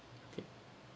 okay